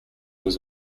was